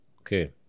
Okay